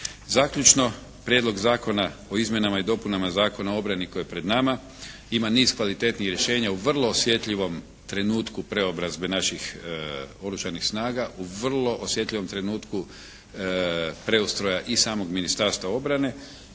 Zaključno, Prijedlog Zakona o izmjenama i dopunama Zakona o obrani koji je pred nama ima niz kvalitetnih rješenja u vrlo osjetljivom trenutku preobrazbe naših oružanih snaga u vrlo osjetljivom trenutku preustroja i samog Ministarstva obrane